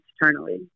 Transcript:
externally